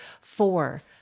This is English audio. four